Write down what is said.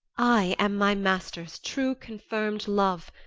i am my master's true confirmed love,